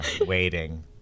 waiting